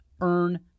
earn